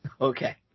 Okay